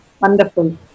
wonderful